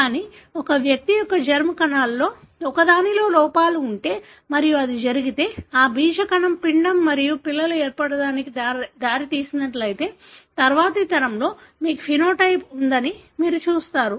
కానీ ఒక వ్యక్తి యొక్క జెర్మ్ కణాలలో ఒకదానిలో లోపాలు ఉంటే మరియు అది జరిగితే ఆ బీజ కణం పిండం మరియు పిల్లలు ఏర్పడటానికి దారితీసినట్లయితే తరువాతి తరంలో మీకు ఫెనోటైప్ ఉందని మీరు చూస్తారు